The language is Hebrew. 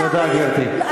תודה, גברתי.